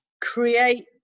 create